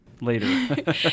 later